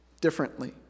differently